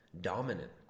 dominant